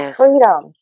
freedom